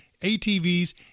ATVs